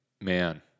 man